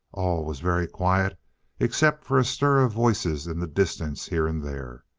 all was very quiet except for a stir of voices in the distance here and there,